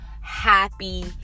happy